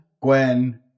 Gwen